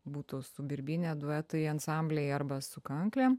būtų su birbyne duetai ansambliai arba su kanklėm